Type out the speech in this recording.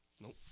Nope